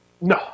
No